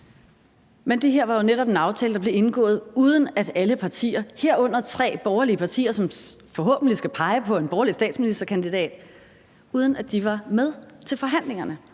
Men det her var jo netop en aftale, der blev indgået, uden at alle partier, herunder tre borgerlige partier, som forhåbentlig skal pege på en borgerlig statsministerkandidat, var med til forhandlingerne,